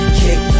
kick